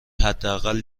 حداقل